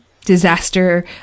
disaster